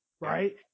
right